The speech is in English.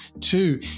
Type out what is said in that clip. Two